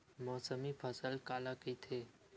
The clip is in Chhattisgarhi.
मौसमी फसल काला कइथे?